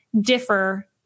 differ